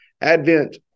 Advent